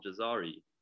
jazari